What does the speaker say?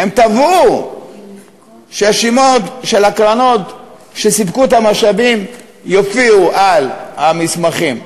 הן תבעו שהשמות של הקרנות שסיפקו את המשאבים יופיעו על המסמכים.